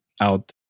out